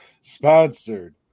Sponsored